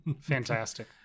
fantastic